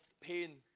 pain